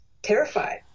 Terrified